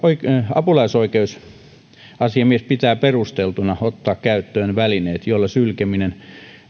apulaisoikeusasiamies pitää perusteltuna ottaa käyttöön välineet joilla sylkeminen